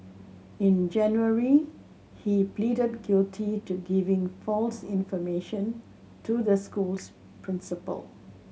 in January he pleaded guilty to giving false information to the school's principal